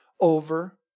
over